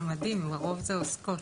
זה מדהים שהרוב הן עוסקות.